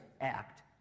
act